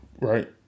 right